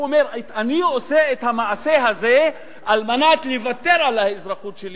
אומר: אני עושה את המעשה הזה על מנת לוותר על האזרחות שלי,